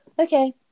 okay